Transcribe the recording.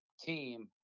team